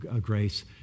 grace